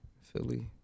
Philly